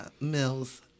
Mills